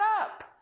up